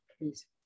please